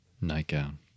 Nightgown